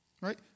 right